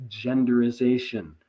genderization